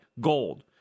gold